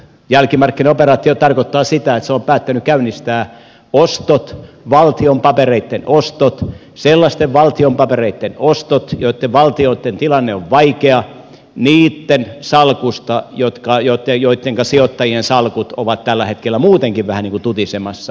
jälkimarkkinaoperaatiot tarkoittavat sitä että se on päättänyt käynnistää valtion papereiden ostot sellaisten valtioiden papereiden joiden valtioiden tilanne on vaikea niiden salkuista joittenka sijoittajien salkut ovat tällä hetkellä muutenkin vähän niin kuin tutisemassa